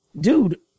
dude